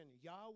Yahweh